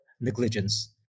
negligence